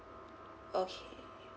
okay